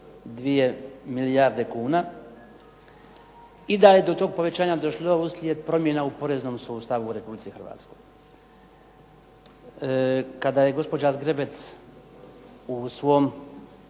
oko 2 milijarde kuna i da je do tog povećanja došlo uslijed promjena u poreznom sustavu u Republici Hrvatskoj. Kada je gospođa Zgrebec u svom